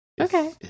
Okay